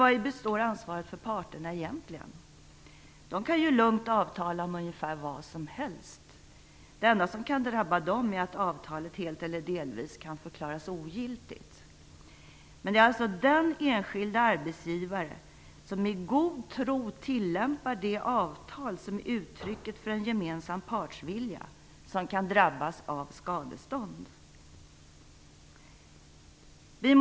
Men i vad består ansvaret för parterna? Det enda som kan drabba dem är att avtalet helt eller delvis kan förklaras ogiltigt. Men det är alltså den enskilde arbetsgivare som i god tro tillämpar det avtal som är uttrycket för en gemensam partsvilja som kan drabbas av skadestånd.